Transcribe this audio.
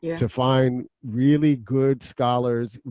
to find really good scholars,